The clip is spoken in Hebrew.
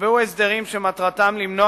נקבעו הסדרים שמטרתם למנוע,